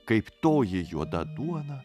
kaip toji juoda duona